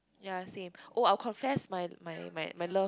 ya same oh I'll confess my my my my love